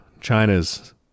China's